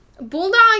bulldog